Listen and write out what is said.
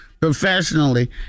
professionally